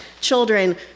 children